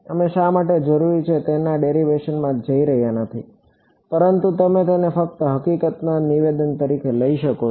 અમે આ શા માટે જરૂરી છે તેના ડેરિવેશનમાં નથી જઈ રહ્યા પરંતુ તમે તેને ફક્ત હકીકતના નિવેદન તરીકે લઈ શકો છો